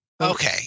Okay